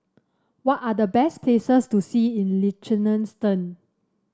what are the best places to see in Liechtenstein